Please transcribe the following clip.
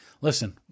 Listen